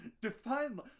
Define